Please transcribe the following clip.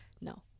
no